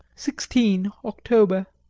sixteen october.